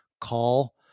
call